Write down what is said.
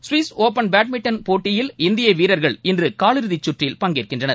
கவிஸ் Japan badminton போட்டியில் இந்தியவீரர்கள் இன்றுகாலிறுதிச்சுற்றில் பங்கேற்கின்றனர்